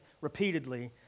repeatedly